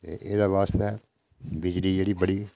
एह्दे आस्तै बिजली जेह्ड़ी बड़ी